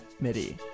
MIDI